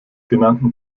genannten